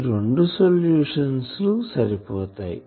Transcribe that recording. ఈ రెండు సోల్యూషాన్స్ సరిపోతాయి